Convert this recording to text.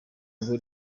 ngo